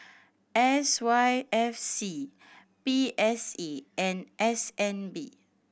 S Y F C P S A and S N B